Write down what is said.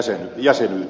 nyt kysynkin